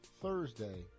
thursday